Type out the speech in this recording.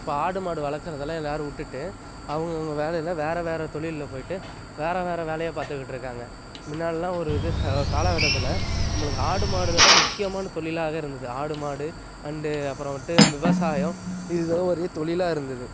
இப்போ ஆடு மாடு வளர்க்குறதெல்லாம் எல்லாரும் விட்டுட்டு அவங்கவுங்க வேலையில் வேறு வேறு தொழில்ல போயிட்டு வேறு வேறு வேலையப் பார்த்துக்கிட்டு இருக்காங்க முன்னாடிலாம் ஒரு இது ஒரு காலக்கட்டத்தில் நம்மளுக்கு ஆடு மாடுல தான் முக்கியமான தொழிலாக இருந்துது ஆடு மாடு அண்டு அப்புறமேட்டு விவசாயம் இது தான் ஒரே தொழிலா இருந்துது